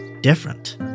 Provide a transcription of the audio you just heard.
different